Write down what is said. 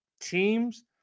teams